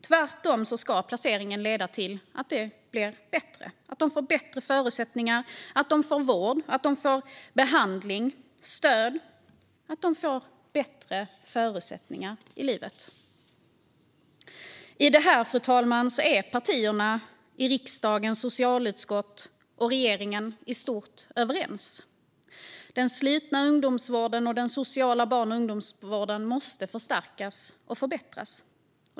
Tvärtom ska placeringen leda till något bättre, att de får bättre förutsättningar i livet, att de får vård, att de får behandling och stöd. I den här frågan är partierna i riksdagens socialutskott och regeringen i stort överens. Den slutna ungdomsvården och den sociala barn och ungdomsvården måste förstärkas och förbättras.